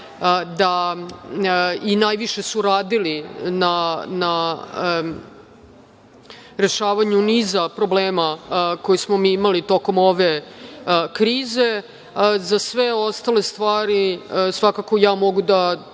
i najviše su radili na rešavanju niza problema koje smo mi imali tokom ove krize. Za sve ostale stvari svakako mogu da